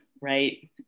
right